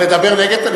אבל לדבר נגד.